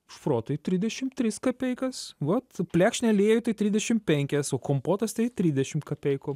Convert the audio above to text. šprotai tridešim tris kapeikas vat plekšnė aliejuj tik tridešim penkias o kompotas tai tridešim kapeikų